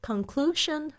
Conclusion